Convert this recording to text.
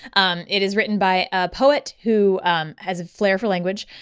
um it is written by a poet who um has a flair for language.